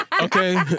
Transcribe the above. Okay